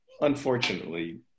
unfortunately